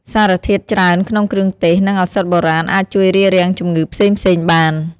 សារធាតុច្រើនក្នុងគ្រឿងទេស និងឱសថបុរាណអាចជួយរារាំងជម្ងឺផ្សេងៗបាន។